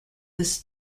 this